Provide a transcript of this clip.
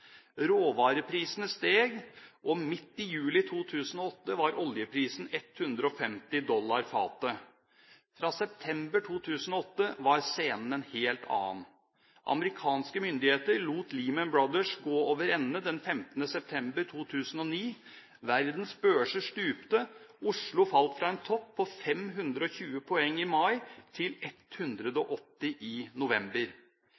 Råvareprisene steg, og midt i juli 2008 var oljeprisen 150 dollar fatet. Fra september 2008 var scenen en helt annen. Amerikanske myndigheter lot Lehman Brothers gå over ende den 15. september 2009. Verdens børser stupte, Oslo falt fra en topp på 520 poeng i mai til 180 i november.